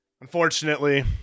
Unfortunately